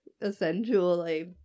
essentially